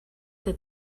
that